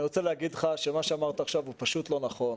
אני רוצה להגיד לך שמה שאמרת עכשיו הוא פשוט לא נכון.